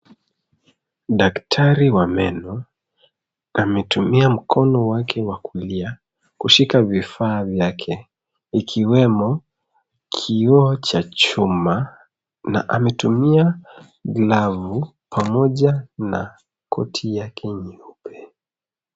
Daktari wa meno ametumia mkono wake wa kulia kushika vifaa vyake, ikiwemo kioo cha chuma, na ametumia glavu pamoja na koti yake nyeupe.